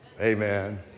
Amen